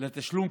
לתשלום.